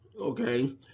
okay